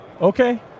Okay